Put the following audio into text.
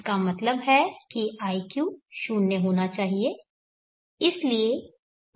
इसका मतलब है कि iq 0 होना चाहिए